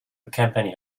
accompany